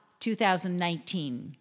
2019